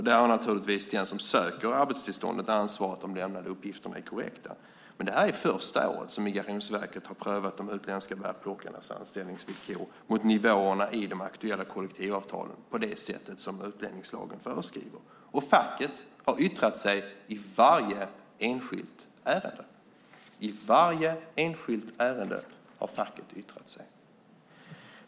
Där har naturligtvis den som söker arbetstillstånd ett ansvar för att de lämnade uppgifterna är korrekta. Men det här är första året som Migrationsverket har prövat de utländska bärplockarnas anställningsvillkor mot nivåerna i de aktuella kollektivavtalen på det sätt som utlänningslagen föreskriver. Facket har yttrat sig i varje enskilt ärende.